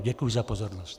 Děkuji za pozornost.